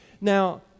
Now